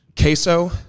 Queso